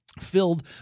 filled